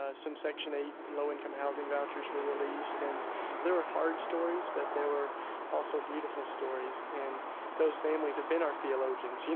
ah some section eight and low-income housing vouchers were released. and there were hard stories, but there were also beautiful stories. and those families have been our theologians. you know